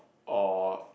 or